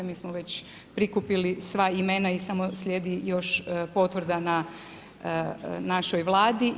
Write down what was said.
Mi smo već prikupili sva imena i samo slijedi još potvrda na našoj Vladi.